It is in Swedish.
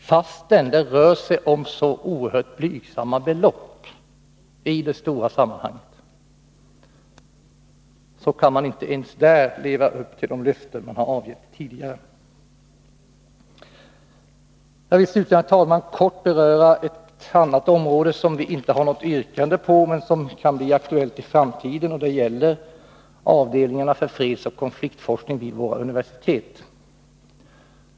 Fastän det rör sig om så oerhört blygsamma belopp i det stora sammanhanget, kan man inte ens där leva upp till det löfte som man tidigare har avgivit. Jag vill slutligen, herr talman, kort beröra ett annat område, där vi inte har något yrkande men som kan bli aktuellt i framtiden. Det gäller avdelningarna för fredsoch konfliktforskning vid våra universitet.